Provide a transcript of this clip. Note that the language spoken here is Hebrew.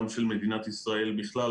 גם של מדינת ישראל בכלל,